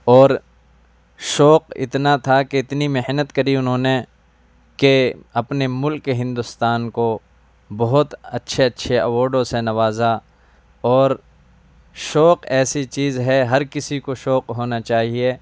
اور شوق اتنا تھا کہ اتنی محنت کری انہوں نے کہ اپنے ملک ہندوستان کو بہت اچھے اچھے اواڈوں سے نوازا اور شوق ایسی چیز ہے ہر کسی کو شوق ہونا چاہیے